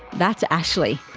that's ashley.